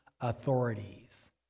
authorities